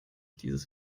dieses